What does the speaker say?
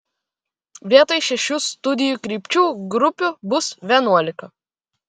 vietoj šešių studijų krypčių grupių bus vienuolika